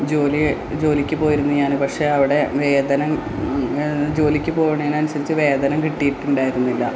ജോലിയെ ജോലിക്കു പോയിരുന്നു ഞാന് പക്ഷെ അവിടെ വേതനം ജോലിക്കു പോകുന്നതിന് അനുസരിച്ച് വേതനം കിട്ടിയിട്ടുണ്ടായിരുന്നില്ല